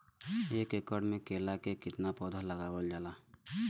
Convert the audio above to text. एक एकड़ में केला के कितना पौधा लगावल जाला?